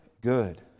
good